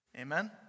Amen